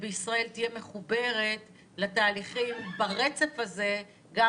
בישראל תהיה מחוברת לתהליכים ברצף הזה גם